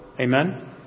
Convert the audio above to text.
Amen